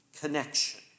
connection